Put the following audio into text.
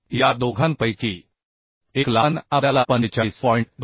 या दोघांपैकी एक लहान आपल्याला 45